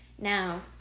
Now